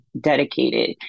dedicated